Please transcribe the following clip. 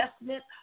investment